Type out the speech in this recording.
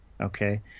Okay